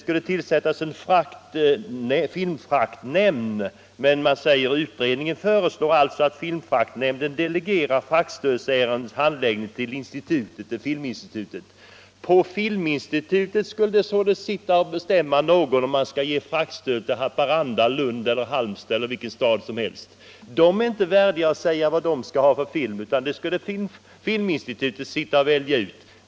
Utredningen föreslog alltså att det för ändamålet skulle tillsättas en filmfraktnämnd. Därefter uttalade man: ”Den praktiska handläggningen av fraktstödfrågorna ——-- överlåts till Filminstitutet.” På Filminstitutet skulle det således sitta en person som bestämde om det skall utdelas fraktstöd till Haparanda, Lund, Halmstad osv. I de enskilda kommunerna är man inte betrodd att avgöra vilken film man skall visa, utan det valet skall göras av Filminstitutet.